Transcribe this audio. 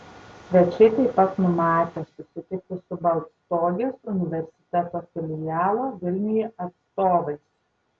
svečiai taip pat numatę susitikti su baltstogės universiteto filialo vilniuje atstovais